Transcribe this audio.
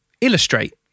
illustrate